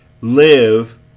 live